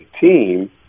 team